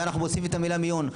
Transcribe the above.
ואנחנו מוסיפים את המילה "מיון".